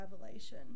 revelation